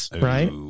right